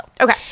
Okay